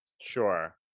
Sure